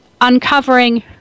uncovering